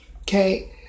okay